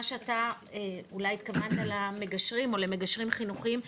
מה שאתה אולי התכוונת למגשרים או למגשרים חינוכיים.